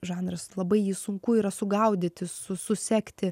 žanras labai jį sunku yra sugaudyti su susekti